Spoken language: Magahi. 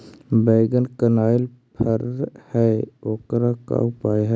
बैगन कनाइल फर है ओकर का उपाय है?